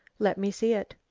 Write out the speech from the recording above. let me see it.